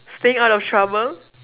staying out of trouble